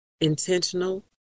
intentional